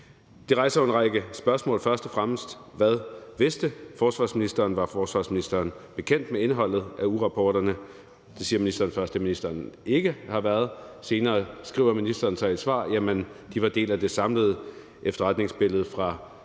Det rejser jo en række spørgsmål. Først og fremmest: Hvad vidste forsvarsministeren? Var forsvarsministeren bekendt med indholdet af ugerapporterne? Det siger ministeren først, at ministeren ikke har været. Senere skriver ministeren så i et svar: Jamen de var en del af det samlede efterretningsbillede fra